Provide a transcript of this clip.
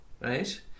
right